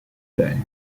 day